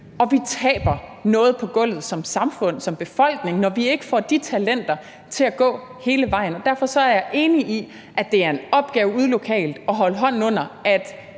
og vi taber noget på gulvet som samfund, som befolkning, når vi ikke får de talenter til at gå hele vejen. Derfor er jeg enig i, at det er en opgave ude lokalt at understøtte,